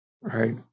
Right